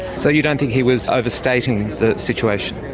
so you don't think he was overstating the situation?